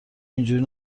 اینجوری